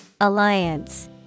Alliance